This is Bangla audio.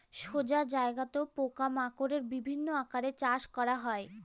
সোজা জায়গাত পোকা মাকড়ের বিভিন্ন আকারে চাষ করা হয়